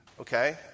okay